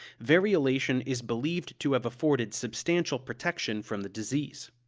variolation is believed to have afforded substantial protection from the disease.